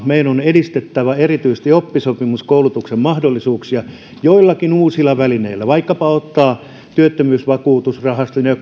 meidän on edistettävä erityisesti oppisopimuskoulutuksen mahdollisuuksia joillakin uusilla välineillä vaikkapa ottamalla työttömyysvakuutusrahaston ja